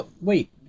Wait